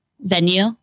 venue